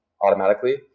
automatically